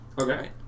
Okay